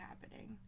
happening